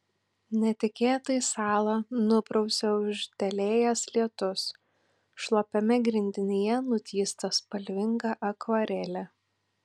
netikėtai salą nuprausia ūžtelėjęs lietus šlapiame grindinyje nutįsta spalvinga akvarelė